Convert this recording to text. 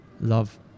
love